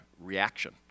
reaction